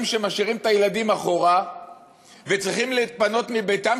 שמשאירים את הילדים מאחור וצריכים להתפנות מביתם,